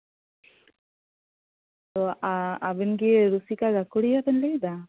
ᱚ ᱟᱵᱤᱱᱜᱮ ᱨᱩᱥᱤᱠᱟ ᱜᱟᱠᱷᱩᱲᱤᱭᱟᱹ ᱵᱮᱱ ᱢᱮᱱᱫᱟ